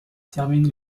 termine